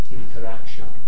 interaction